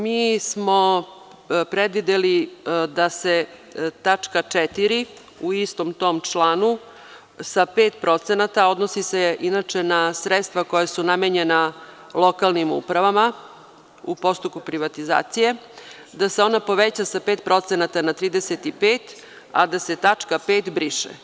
Mi smo predvideli da se tačka 4. u istom tom članu sa 5%, a odnosi se inače na sredstva koja su namenjena lokalnim upravama u postupku privatizacije, da se ona poveća sa 5% na 35%, a da se tačka 5. briše.